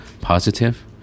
Positive